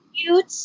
cute